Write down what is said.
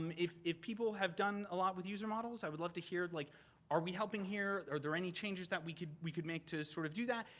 um if if people have done a lot with user models, i would love to hear like are we helping here? are there any changes that we could, we could make to sort of do that?